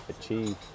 achieve